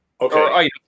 Okay